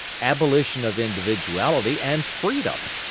abolition of individuality and freedom!